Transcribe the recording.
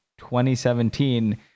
2017